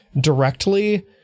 directly